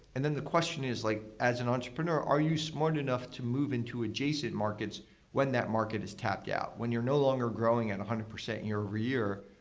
and then the question is like as an entrepreneur, are you smart enough to move into adjacent markets when that market is tapped out? when you're no longer growing at one hundred percent year over year?